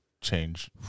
change